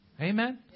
Amen